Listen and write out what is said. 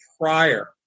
prior